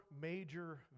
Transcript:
major